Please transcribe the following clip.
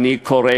אני קורא